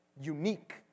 unique